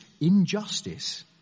injustice